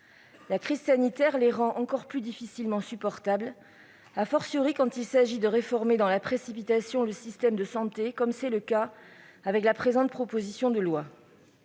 La crise sanitaire les rend encore plus difficilement supportables, quand il s'agit de réformer dans la précipitation le système de santé, comme c'est le cas avec la présente proposition de loi.